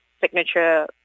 signature